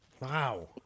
Wow